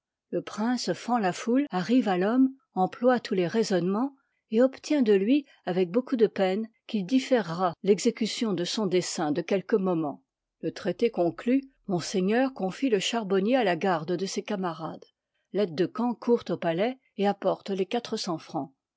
le prince fend la foule arrive à rhomme emploie tous les raisonnemeiis et obtient de lui aeç beaucoup de peine qu il différera l'exécution de son dessein de quelques momens le traité conclu monseigneur confie le charbonnier à la garde de ses camarades l'aide de camp court au palais et apporte les quatre cents francs